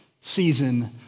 season